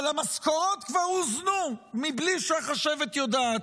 אבל המשכורות כבר הוזנו בלי שהחשבת יודעת.